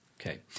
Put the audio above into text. Okay